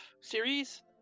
series